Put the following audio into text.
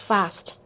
Fast